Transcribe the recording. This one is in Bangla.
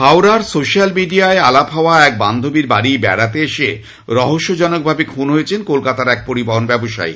হাওড়ায় সোশ্যাল মিডিয়ায় আলাপ হওয়া এক বান্ধবীর বাড়ী বেড়াতে এসে রহস্যজনকভাবে খুন হয়েছেন কলকাতার এক পরিবহন ব্যবসায়ী